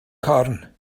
corn